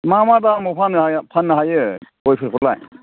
मा मा दामाव फाननो हायो गयफोरखौलाय